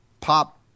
pop